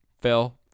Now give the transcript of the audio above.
Phil